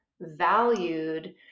valued